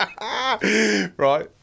right